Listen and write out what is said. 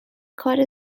کار